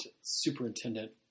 Superintendent